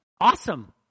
awesome